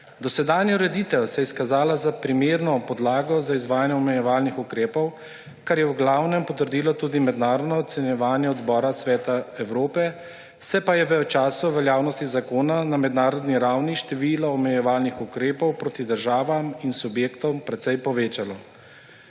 Dosedanja ureditev se je izkazala za primerno podlago za izvajanje omejevalnih ukrepov, kar je v glavnem potrdilo tudi mednarodno ocenjevanje odbora Sveta Evrope, se je pa v času veljavnosti zakona na mednarodni ravni število omejevalnih ukrepov proti državam in subjektom precej povečalo.